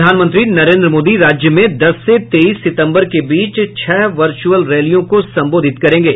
प्रधानमंत्री नरेन्द्र मोदी राज्य में दस से तेईस सितम्बर के बीच छह वर्चुअल रैलियों को संबोधित करेंगे